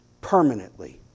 Permanently